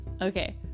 Okay